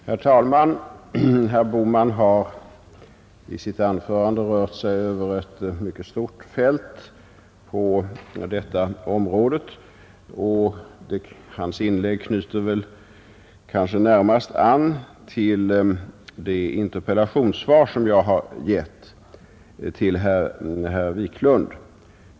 Herr talman! Herr Bohman har i sitt anförande rört sig över ett mycket stort avsnitt. Hans inlägg knöt väl närmast an till mitt interpellationssvar till herr Wiklund i Stockholm.